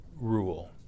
rule